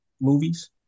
movies